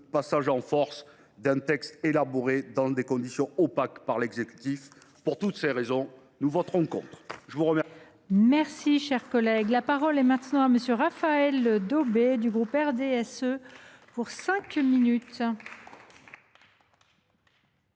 passer en force un texte élaboré dans des conditions opaques par l’exécutif. Pour toutes ces raisons, nous voterons contre